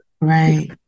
Right